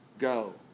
go